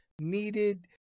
needed